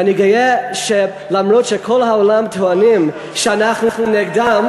ואני גאה שאף שכל העולם טוענים שאנחנו נגדם,